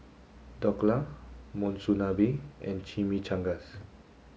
Dhokla Monsunabe and Chimichangas